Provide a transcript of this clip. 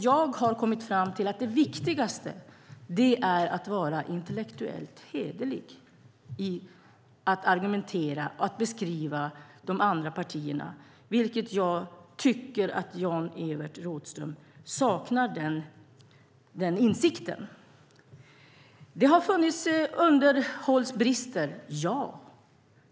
Jag har kommit fram till att det viktigaste är att vara intellektuellt hederlig i argumenteringen och i beskrivningen av de andra partierna. Jag tycker att Jan-Evert Rådhström saknar den insikten. Det har funnits underhållsbrister - ja.